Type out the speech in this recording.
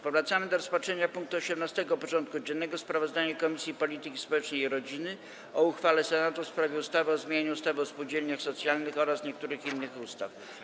Powracamy do rozpatrzenia punktu 18. porządku dziennego: Sprawozdanie Komisji Polityki Społecznej i Rodziny o uchwale Senatu w sprawie ustawy o zmianie ustawy o spółdzielniach socjalnych oraz niektórych innych ustaw.